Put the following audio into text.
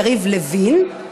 יריב לוין,